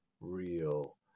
real